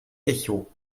echo